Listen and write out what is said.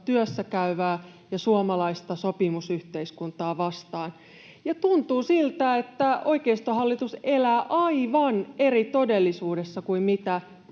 työssäkäyvää ja suomalaista sopimusyhteiskuntaa vastaan, ja tuntuu siltä, että oikeistohallitus elää aivan eri todellisuudessa kuin mitä